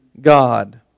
God